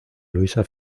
luisa